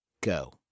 Go